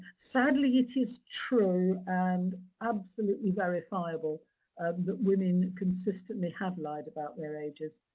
sadly, it is true, and absolutely verifiable um that women consistently have lied about their ages.